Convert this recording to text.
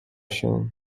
się